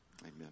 Amen